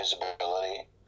visibility